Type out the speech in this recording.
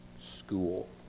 school